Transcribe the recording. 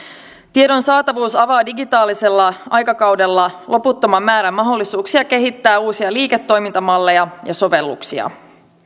tiedon saatavuus avaa digitaalisella aikakaudella loputtoman määrän mahdollisuuksia kehittää uusia liiketoimintamalleja ja sovelluksia